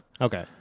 Okay